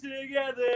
together